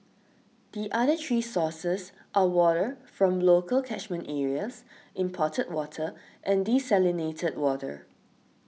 the other three sources are water from local catchment areas imported water and desalinated water